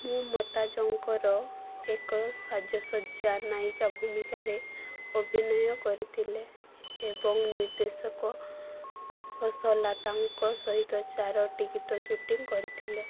ମୁଁ ମତାଜଙ୍କର ଏକ ସାଜସଜ୍ଜା ନାୟିକାଭୂମିକାରେ ଅଭିନୟ କରିଥିଲେ ଏବଂ ନିର୍ଦ୍ଦେଶକ ଖୋସଲା ତାଙ୍କ ସହିତ ଚାରୋଟି ଗୀତ ସୁଟିଂ କରିଥିଲେ